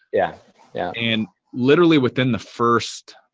yeah yeah and, literally, within the first